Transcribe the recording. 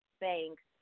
thanks